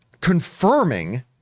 confirming